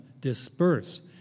disperse